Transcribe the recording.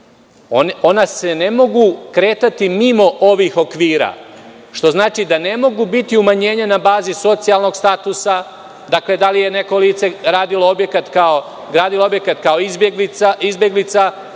ona se ne mogu kretati mimo ovih okvira, što znači da ne mogu biti umanjenja na bazi socijalnog statusa, da li je neko lice radilo objekat kao izbeglica, kao